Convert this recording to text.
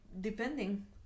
depending